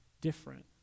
different